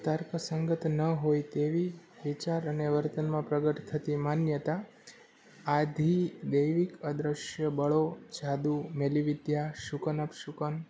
તર્ક સંગત ન હોય તેવી વિચાર અને વર્તનમાં પ્રગટ થતી માન્યતા આધિ દૈવિક અદ્રશ્ય બળો જાદુ મેલી વિદ્યા શુકન અપશુકન